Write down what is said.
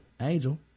angel